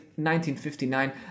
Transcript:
1959